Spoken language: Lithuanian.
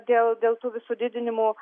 dėl dėl tų visų didinimų